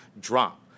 drop